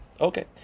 Okay